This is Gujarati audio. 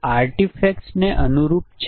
ચાલો વર્ડ પ્રોસેસરમાં આ ફોન્ટ સેટિંગ જોઈએ